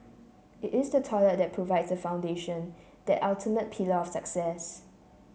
it is the toilet that provides the foundation that ultimate pillar of success